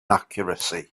accuracy